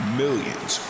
millions